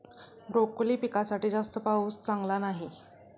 broccoli पिकासाठी जास्त पाऊस चांगला नाही